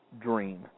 dream